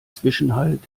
zwischenhalt